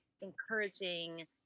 encouraging